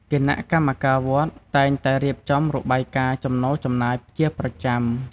គណៈកម្មការវត្តតែងតែរៀបចំរបាយការណ៍ចំណូលចំណាយជាប្រចាំ។